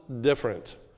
different